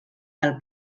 pel